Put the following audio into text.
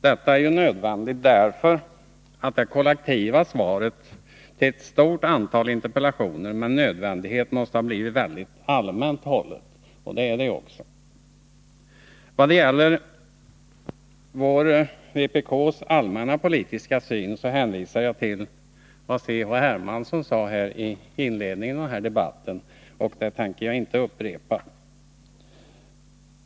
Detta är nödvändigt, därför att det kollektiva svaret till ett stort antal interpellationer måste ha blivit mycket allmänt hållet. Och det är det också. Vad gäller vpk:s allmänna politiska syn hänvisar jag till vad C.-H. Hermansson sade i sitt anförande vid inledningen av den här debatten; det tänker jag inte upprepa.